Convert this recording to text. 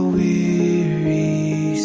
weary